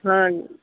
ಹಾಂ